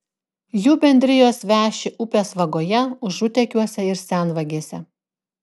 jų bendrijos veši upės vagoje užutekiuose ir senvagėse